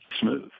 smooth